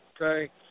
okay